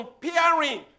comparing